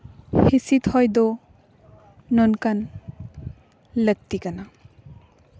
ᱦᱤᱸᱥᱤᱫ ᱦᱚᱭ ᱫᱚ ᱱᱚᱝᱠᱟᱱ ᱞᱟᱹᱠᱛᱤ ᱠᱟᱱᱟ